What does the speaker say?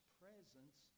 presence